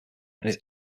his